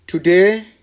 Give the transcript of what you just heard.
Today